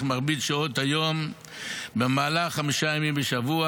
מרבית שעות היום במהלך חמישה ימים בשבוע,